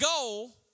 goal